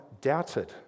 doubted